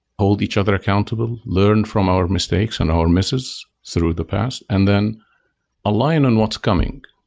hold each other accountable, learn from our mistakes and our misses through the past and then align on what's coming.